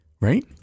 Right